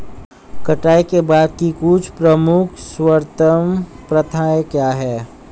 कटाई के बाद की कुछ प्रमुख सर्वोत्तम प्रथाएं क्या हैं?